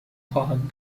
خواهد